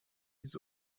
his